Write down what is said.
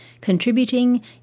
contributing